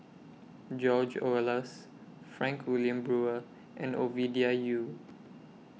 George Oehlers Frank Wilmin Brewer and Ovidia Yu